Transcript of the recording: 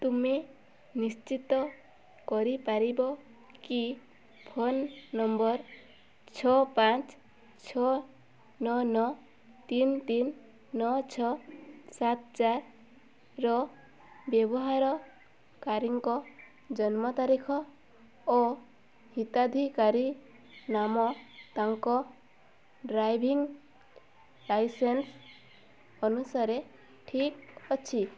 ତୁମେ ନିଶ୍ଚିତ କରିପାରିବ କି ଫୋନ୍ ନମ୍ବର ଛଅ ପାଞ୍ଚ ଛଅ ନଅ ନଅ ତିନି ତିନି ନଅ ଛଅ ସାତ ଚାରିର ବ୍ୟବହାରକାରୀଙ୍କ ଜନ୍ମ ତାରିଖ ଓ ହିତାଧିକାରୀ ନାମ ତାଙ୍କ ଡ୍ରାଇଭିଂ ଲାଇସେନ୍ସ୍ ଅନୁସାରେ ଠିକ୍ ଅଛି